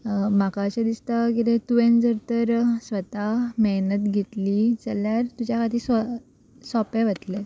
म्हाका अशें दिसता कितें तुवेन जर तर स्वता मेहनत घेतली जाल्यार तुज्या खातीर स्व सोंपें वतले